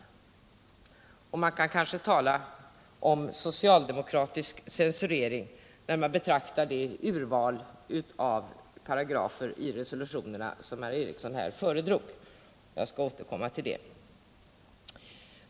I det sammanhanget vill jag anföra att man skulle kunna tala om socialdemokratisk censurering när man betraktar det urval av paragrafer i resolutionerna som Sture Ericson här föredrog — jag skall återkomma till detta.